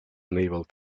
unable